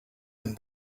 and